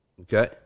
okay